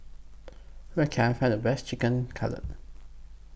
Where Can I Find The Best Chicken Cutlet